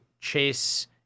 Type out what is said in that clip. chase